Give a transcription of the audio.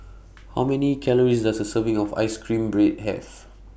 How Many Calories Does A Serving of Ice Cream Bread Have